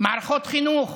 מערכות חינוך,